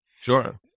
Sure